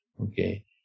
Okay